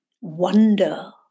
wonder